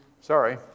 Sorry